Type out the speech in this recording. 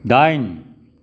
दाइन